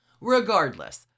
Regardless